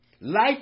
Life